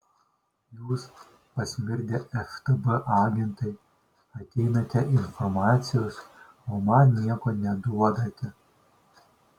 jūs pasmirdę ftb agentai ateinate informacijos o man nieko neduodate